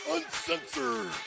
Uncensored